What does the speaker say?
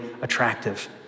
attractive